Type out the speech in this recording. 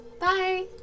Bye